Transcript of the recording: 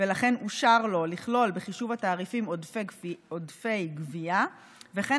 ולכן אושר לו לכלול בחישוב התעריפים עודפי גבייה וכן